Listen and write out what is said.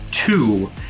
Two